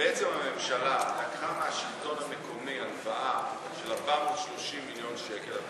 כשבעצם הממשלה לקחה מהשלטון המקומי הלוואה של 430 מיליון שקל.